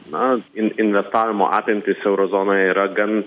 na in investavimo apimtys euro zonoje yra gan